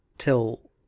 till